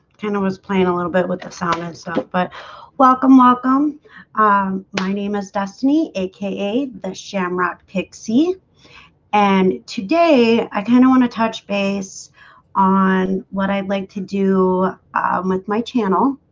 kinda was playing a little bit with the silent stuff, but welcome welcome my name is destiny aka the shamrock pixie and today i kind of want to touch base on what i'd like to do with my channel